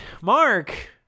Mark